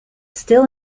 still